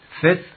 Fifth